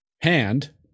hand